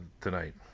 tonight